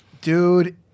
dude